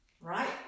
right